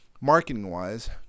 marketing-wise